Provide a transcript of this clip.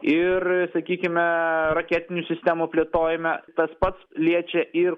ir sakykime raketinių sistemų plėtojime tas pats liečia ir